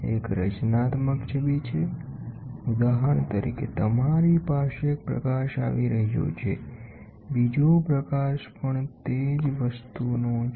એક રચનાત્મક છબી છે ઉદાહરણ તરીકે તમારી પાસે એક પ્રકાશ આવી રહ્યો છે બીજો પ્રકાશ પણ તે જ વસ્તુનો છે